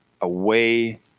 away